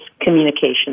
communication